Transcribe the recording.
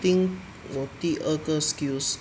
I think 我第二个 skills